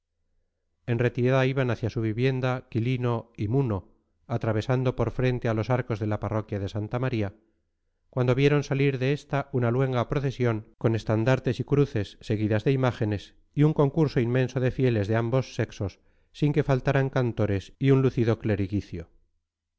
en retirada iban hacia su vivienda quilino y muno atravesando por frente a los arcos de la parroquial de santa maría cuando vieron salir de esta una luenga procesión con estandartes y cruces seguidas de imágenes y un concurso inmenso de fieles de ambos sexos sin que faltaran cantores y un lucido